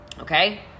Okay